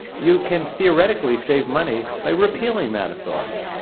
you can theoretically save money by repealing that authority.